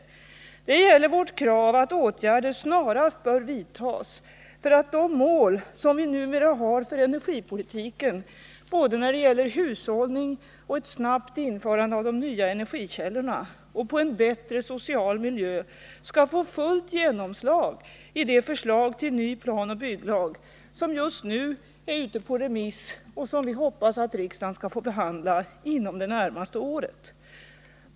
Det gäller vårt krav att åtgärder snarast bör vidtas för att de mål som vi numera har för energipolitiken, när det gäller både hushållning och ett snabbt införande av de nya energikällorna, och för en bättre social miljö skall få fullt genomslag i det förslag till ny planoch bygglag som just nu är ute på remiss och som vi hoppas att riksdagen skall få behandla under det närmaste året.